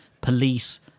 police